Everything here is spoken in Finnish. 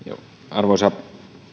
arvoisa